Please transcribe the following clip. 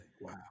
Wow